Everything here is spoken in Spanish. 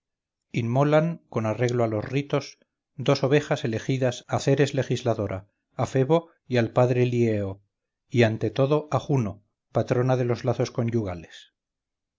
inmolan con arreglo a los ritos dos ovejas elegidas a ceres legisladora a febo y al padre lieo y ante todo a juno patrona de los lazos conyugales